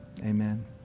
amen